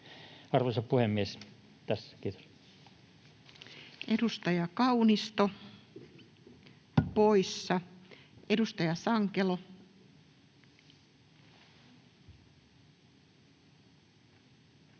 Arvoisa puhemies! Tässä. — Kiitos. Edustaja Kaunisto — poissa. Edustaja Sankelo. Arvoisa